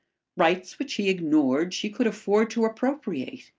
rights which he ignored she could afford to appropriate.